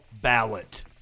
ballot